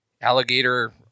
Alligator